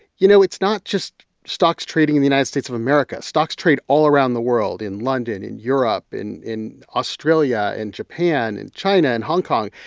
you know, it's not just stocks trading in the united states of america. stocks trade all around the world, in london, in europe, in in australia, in japan, in china, in hong kong.